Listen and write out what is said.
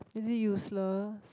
is it useless